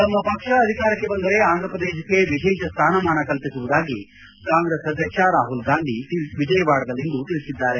ತಮ್ಮ ಪಕ್ಷ ಅಧಿಕಾರಕ್ಕೆ ಬಂದರೆ ಅಂಧ್ರಪ್ರದೇಶಕ್ಕೆ ವಿಶೇಷ ಸ್ಥಾನಮಾನ ಕಲ್ಪಿಸುವುದಾಗಿ ಕಾಂಗ್ರೆಸ್ ಅಧ್ಯಕ್ಷ ರಾಹುಲ್ಗಾಂಧಿ ವಿಜಯವಾಡದಲ್ಲಿಂದು ತಿಳಿಸಿದ್ದಾರೆ